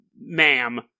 ma'am